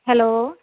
hello